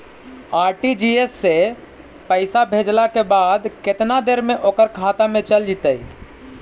RTGS से पैसा भेजला के बाद केतना देर मे ओकर खाता मे चल जितै?